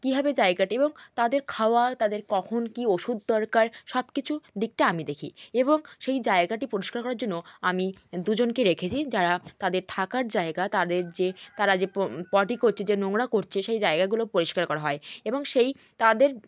কীভাবে জায়গাটি এবং তাদের খাওয়া ও তাদের কখন কী ওষুধ দরকার সব কিচুর দিকটা আমি দেখি এবং সেই জায়গাটি পরিষ্কার করার জন্য আমি দুজনকে রেখেছি যারা তাদের থাকার জায়গা তাদের যে তারা যে পটি করছে যে নোংরা করছে সেই জায়গাগুলো পরিষ্কার করা হয় এবং সেই তাদের